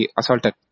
assaulted